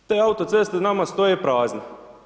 Te autoceste nama stoje prazne.